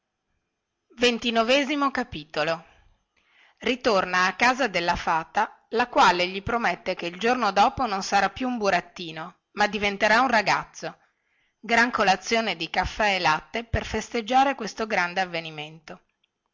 ritorna a casa della fata la quale gli promette che il giorno dopo non sarà più un burattino ma diventerà un ragazzo gran colazione di caffè e latte per festeggiare questo grande avvenimento